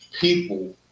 people